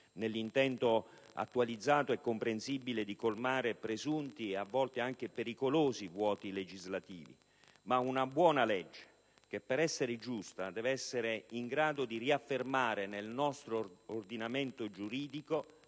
nell'intento attualizzato e comprensibile di colmare presunti e, a volte, anche pericolosi vuoti legislativi, bensì di realizzare una buona legge che, per essere giusta, deve essere in grado di riaffermare nel nostro ordinamento giuridico,